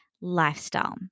lifestyle